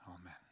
Amen